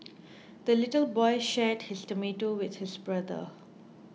the little boy shared his tomato with his brother